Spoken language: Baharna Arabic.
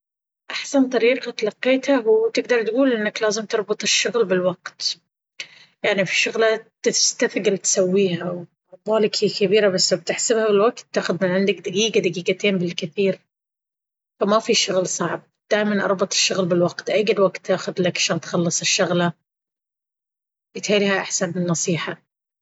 أحسن طريقة تلقيتها هو تقدر تقول أنك لازم تربط الشغل بالوقت، يعني في شغلة انت تستثقل تسويها وعبالك هي كبيرة بس لو تحسبها بالوقت، تأخذ من عندك دقيقة دقيقتين بالكثير! فما في شغل صعب، دايما أربط الشغل بالوقت أي قد وقت تأخذ لك عشان تخلص الشغلة؟ يتهيأ لي هاي أحسن نصيحة.